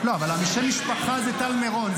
לא, אבל שם המשפחה זה טל מירון.